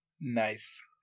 Nice